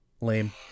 Lame